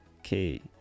okay